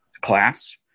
class